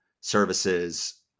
Services